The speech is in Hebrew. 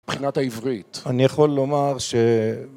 מבחינת העברית אני יכול לומר ש